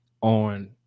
on